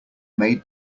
made